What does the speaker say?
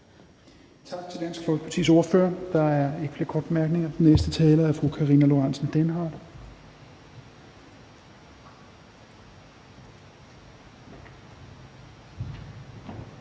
Tak til Dansk Folkepartis ordfører. Der er ikke flere korte bemærkninger. Den næste taler er fru Karina Lorentzen Dehnhardt.